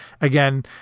again